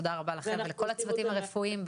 ותודה רבה לכם ולכל הצוותים הרפואיים,